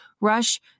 rush